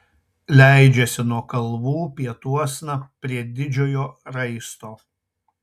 leidžiasi nuo kalvų pietuosna prie didžiojo raisto